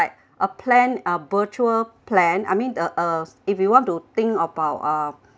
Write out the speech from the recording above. a plan uh virtual plan I mean uh uh if you want to think about a